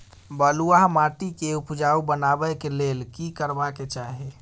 बालुहा माटी के उपजाउ बनाबै के लेल की करबा के चाही?